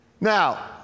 Now